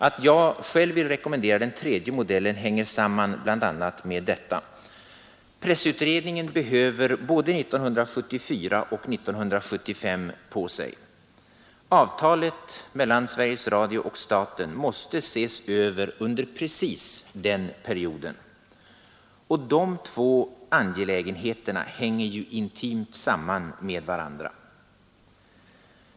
Att jag själv vill rekommendera den tredje modellen hänger samman bl.a. framtida struktur och organisation med detta: Pressutredningen behöver både 1974 och 1975 på sig. Avtalet mellan Sveriges Radio och staten måste ses över under just den perioden. De två angelägenheterna hänger intimt samman med varandra.